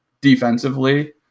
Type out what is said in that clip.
defensively